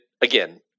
again